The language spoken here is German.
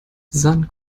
sein